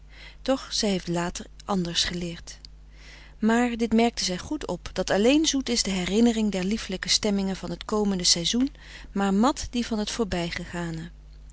koele meren des doods maar dit merkte zij goed op dat alleen zoet is de herinnering der liefelijke stemmingen van t komende seizoen maar mat die van t voorbijgegane